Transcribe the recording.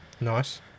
Nice